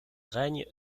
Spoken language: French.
règne